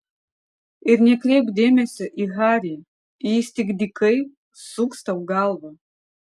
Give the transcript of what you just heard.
ir nekreipk dėmesio į harį jis tik dykai suks tau galvą